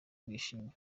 bishimye